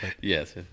Yes